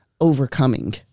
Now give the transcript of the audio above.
overcoming